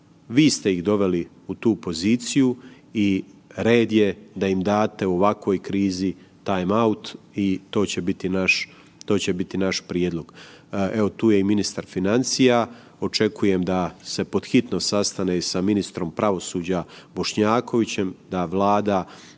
Vi ste ih doveli u tu poziciju i red da im date u ovakvoj krizi time out i to će biti naš prijedlog. Evo tu je i ministar financija očekujem da se pod hitno sastane sa ministrom pravosuđa Bošnjakovićem, da Vlada